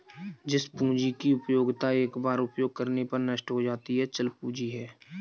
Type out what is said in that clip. जिस पूंजी की उपयोगिता एक बार उपयोग करने पर नष्ट हो जाती है चल पूंजी है